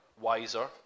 wiser